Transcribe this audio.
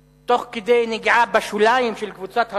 תוך כדי נגיעה בשוליים של קבוצת הרוב,